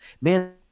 Man